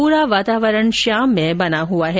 पूरा वातावरण श्याममय बना हुआ है